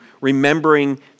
remembering